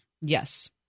Yes